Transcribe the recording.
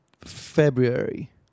February